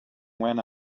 when